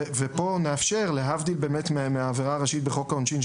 להבדיל מהעבירה הראשית בחוק העונשין,